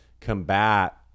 combat